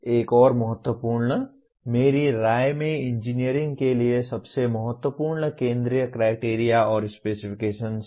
एक और महत्वपूर्ण मेरी राय में इंजीनियरिंग के लिए सबसे महत्वपूर्ण केंद्रीय क्राइटेरिया और स्पेसिफिकेशन्स है